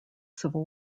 civil